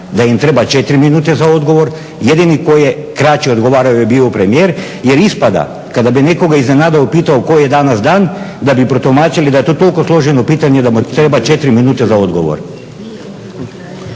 da im treba 4 minute za odgovor. Jedini koji je kraće odgovarao je bio premijer. Jer ispada kada bi nekoga iznenada upitao koji je danas dan da bi protumačili da je to toliko složeno pitanje da mu treba 4 minute za odgovor.